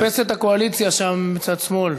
מרפסת הקואליציה שם מצד שמאל,